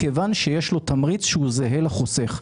מכיוון שיש לו תמריץ שזהה לחוסך,